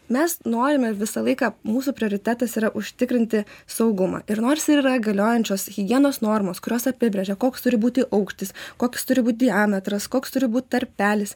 mes norime visą laiką mūsų prioritetas yra užtikrinti saugumą ir nors ir yra galiojančios higienos normos kurios apibrėžia koks turi būti aukštis koks turi būt diametras koks turi būt tarpelis